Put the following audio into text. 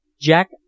Jack